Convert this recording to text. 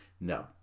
No